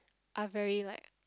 are very like